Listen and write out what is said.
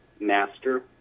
master